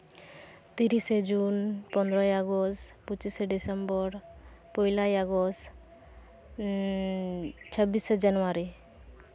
ᱛᱤᱨᱤᱥᱮ ᱡᱩᱱ ᱯᱚᱱᱨᱚᱭ ᱟᱜᱚᱥᱴ ᱯᱚᱸᱪᱤᱥᱟ ᱰᱤᱥᱮᱢᱵᱚᱨ ᱯᱳᱭᱞᱟᱭ ᱟᱜᱚᱥᱴ ᱪᱷᱟᱵᱵᱤᱥᱮ ᱡᱟᱱᱩᱣᱟᱨᱤ